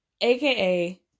aka